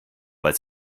weil